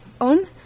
on